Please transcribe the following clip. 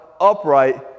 upright